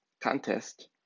contest